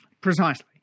Precisely